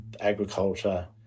agriculture